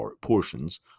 portions